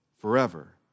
forever